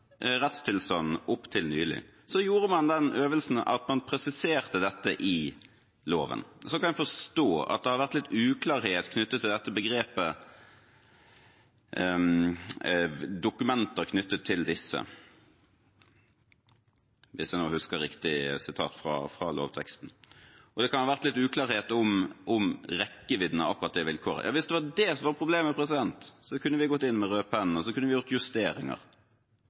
rettstilstanden opp til nylig. Så gjorde man den øvelsen at man presiserte dette i loven. Jeg kan forstå at det har vært litt uklarhet knyttet til begrepet «dokumenter knyttet til disse» – hvis jeg husker å sitere riktig fra lovteksten. Det kan ha vært litt uklarhet om rekkevidden av akkurat det vilkåret. Hvis det var problemet, kunne vi gått inn med rødpennen og